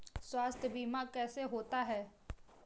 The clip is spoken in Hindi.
स्वास्थ्य बीमा कैसे होता है?